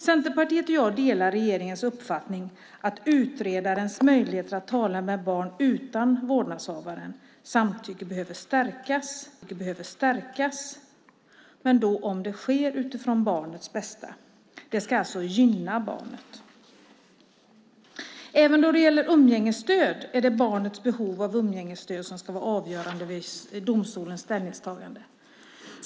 Centerpartiet och jag delar regeringens uppfattning att utredarens möjligheter att tala med barn utan vårdnadshavarens samtycke behöver stärkas, men då om det sker utifrån barnets bästa. Det ska alltså gynna barnet. Även när det gäller umgängesstöd är det barnets behov av detta som ska vara avgörande vid domstolens ställningstagande.